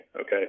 okay